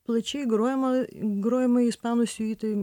plačiai grojama grojamai ispanų siuitai